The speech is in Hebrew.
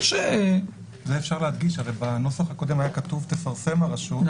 -- בנוסח הקודם היה כתוב: תפרסם הרשות,